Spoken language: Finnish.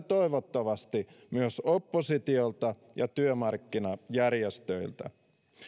toivottavasti myös oppositiolta ja työmarkkinajärjestöiltä